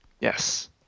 Yes